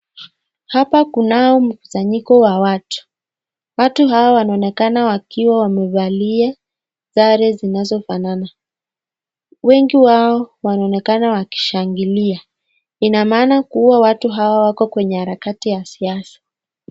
Hapa kunao mkusanyiko wa watu . Watu hawa wanaonekana wakiwa wamevalia sare zinazofanana . Wengi wao wanaonekana wameshangilia . Ina maaana kuwa watu hawa wako kwenye harakati ya siasa .